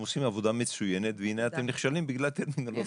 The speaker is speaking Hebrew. אתם עושים עבודה מצוינת והנה אתם נכשלתם בגלל טרמינולוגיה.